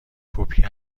کپی